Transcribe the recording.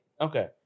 Okay